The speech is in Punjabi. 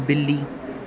ਬਿੱਲੀ